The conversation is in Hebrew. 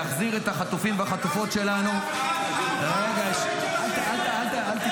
להחזיר את החטופים ואת החטופות שלנו --- אתם לא עושים טובה לאף אחד.